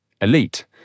elite